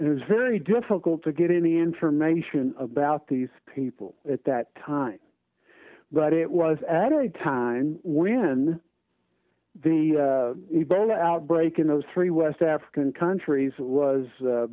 it was very difficult to get any information about these people at that time but it was at a time when the ebola outbreak in those three west african countries was